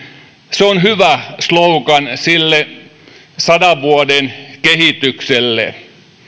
se on hyvä slogan sille sadan vuoden kehitykselle